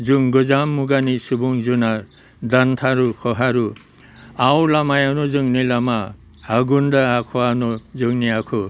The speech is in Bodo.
जों गोजाम मुगानि सुबुं जुनार दानथारु खहारु आव लामायानो जोंनि लामा आगु दा आखुआनो जोंनि आखु